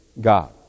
God